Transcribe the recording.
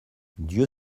dieu